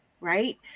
right